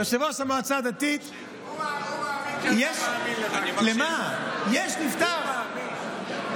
לכן אני לא מאמין שאתה מאמין למה שאתה אומר.